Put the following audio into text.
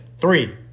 three